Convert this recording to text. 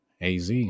AZ